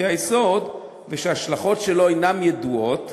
חוקי-היסוד ושההשלכות שלו אינן ידועות.